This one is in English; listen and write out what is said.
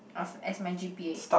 of as my g_p_a